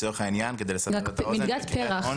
לצורך העניין כדי לסבר את האוזן --- מלגת פרח,